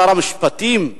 שר המשפטים,